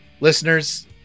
Listeners